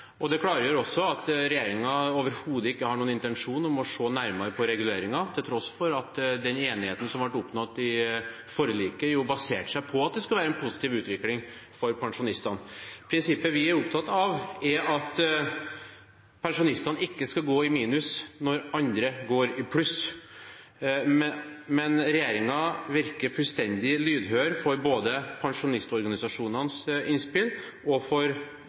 Det klargjør også at regjeringen overhodet ikke har noen intensjon om å se nærmere på reguleringen, til tross for at den enigheten som ble oppnådd i forliket, baserte seg på at det skulle være en positiv utvikling for pensjonistene. Prinsippet vi er opptatt av, er at pensjonistene ikke skal gå i minus når andre går i pluss, men regjeringen virker ikke lydhør verken for pensjonistorganisasjonenes innspill eller for